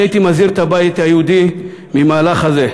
אני הייתי מזהיר את הבית היהודי מהמהלך הזה.